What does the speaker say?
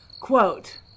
Quote